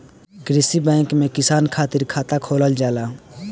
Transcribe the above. कृषि बैंक में किसान खातिर खाता खोलल जाला